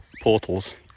portals